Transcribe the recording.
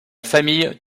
famille